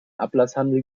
ablasshandel